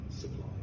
supply